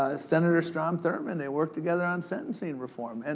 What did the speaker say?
ah senator strom thurmond, they worked together on sentencing reform, and